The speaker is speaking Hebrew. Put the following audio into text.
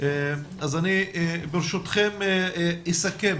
אז אני, ברשותכם, אסכם